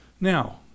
Now